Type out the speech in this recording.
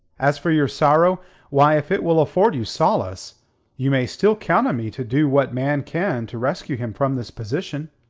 as for your sorrow why, if it will afford you solace you may still count on me to do what man can to rescue him from this position.